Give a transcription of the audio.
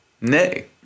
Nay